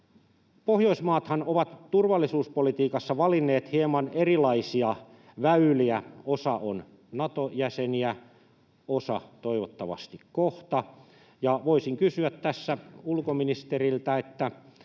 Pohjoismaathan ovat turvallisuuspolitiikassa valinneet hieman erilaisia väyliä: osa on Nato-jäseniä, osa toivottavasti kohta. Voisin kysyä tässä ulkoministeriltä, jos